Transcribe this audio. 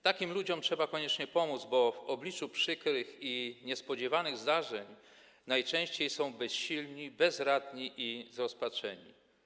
Takim ludziom trzeba koniecznie pomóc, bo w obliczu przykrych i niespodziewanych zdarzeń najczęściej są bezsilni, bezradni i zrozpaczeni.